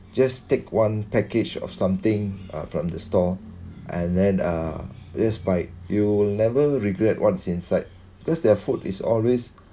just take one package of something uh from the store and then uh just buy you'll never regret what's inside because their food is always